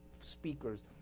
speakers